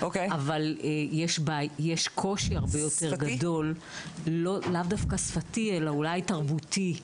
אבל יש קושי הרבה יותר גדול לאו דווקא שפתי אלא אולי תרבותי.